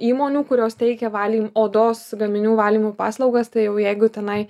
įmonių kurios teikia valym odos gaminių valymo paslaugas tai jau jeigu tenai